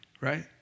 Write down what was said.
right